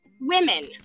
women